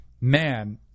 man